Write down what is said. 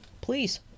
please